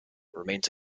remains